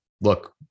look